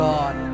God